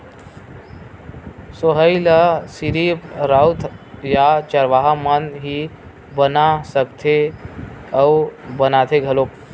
सोहई ल सिरिफ राउत या चरवाहा मन ही बना सकथे अउ बनाथे घलोक